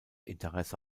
interesse